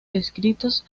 escritos